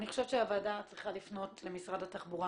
אני חושבת שהוועדה צריכה לפנות למשרד התחבורה